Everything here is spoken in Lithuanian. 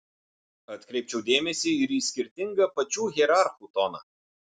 atkreipčiau dėmesį ir į skirtingą pačių hierarchų toną